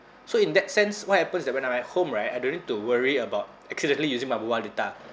so in that sense what happens that when I'm at home right I don't need to worry about accidentally using my mobile data